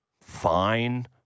fine